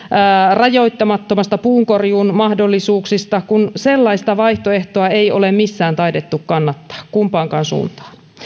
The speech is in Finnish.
rajoittamattomasta puunkorjuun mahdollisuuksista kun sellaista vaihtoehtoa ei ole missään taidettu kannattaa kumpaankaan suuntaan